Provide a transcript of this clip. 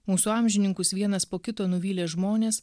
mūsų amžininkus vienas po kito nuvylė žmonės